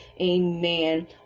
amen